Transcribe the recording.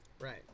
right